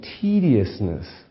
tediousness